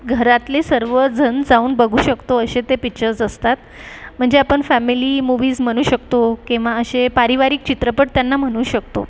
घरातले सर्व जण जाऊन बघू शकतो असे ते पिच्चर्स असतात म्हणजे आपण फॅमिली मूवीस म्हणू शकतो किंवा असे पारिवारिक चित्रपट त्यांना म्हणू शकतो